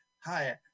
Hi